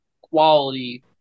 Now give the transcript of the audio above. quality